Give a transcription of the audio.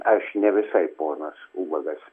aš ne visai ponas ubagas